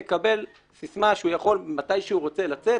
מקבל סיסמה שהוא יכול מתי שהוא רוצה לצאת